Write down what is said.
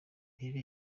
pierro